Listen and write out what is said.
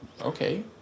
okay